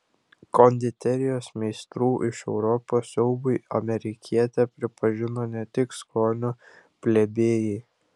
konditerijos meistrų iš europos siaubui amerikietę pripažino ne tik skonio plebėjai